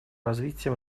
развития